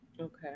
Okay